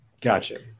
Gotcha